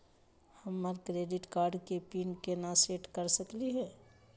हमर credit card के PIN केना सेट कर सकली हे?